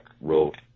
wrote